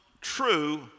true